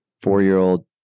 four-year-old